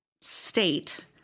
state